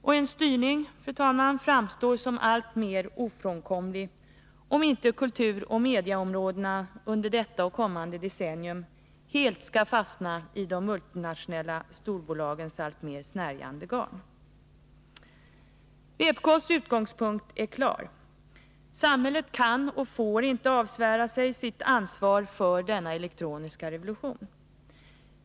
Och en styrning framstår, fru talman, som alltmer ofrånkomlig, om inte kulturoch medieområdena under detta decennium och det kommande decenniet helt skall fastna i multinationella storbolags snärjande garn. Vpk:s utgångspunkt är klar. Samhället kan och får inte avsvära sig sitt ansvar för denna elektroniska revolution.